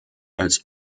als